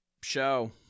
show